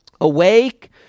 Awake